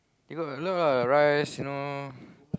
they got a lot ah rice you know